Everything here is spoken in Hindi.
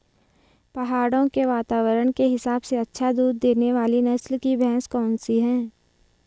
पहाड़ों के वातावरण के हिसाब से अच्छा दूध देने वाली नस्ल की भैंस कौन सी हैं?